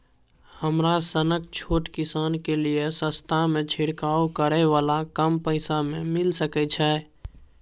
हमरा सनक छोट किसान के लिए सस्ता में छिरकाव करै वाला कम पैसा में मिल सकै छै?